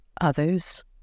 others